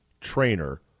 trainer